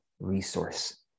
Resource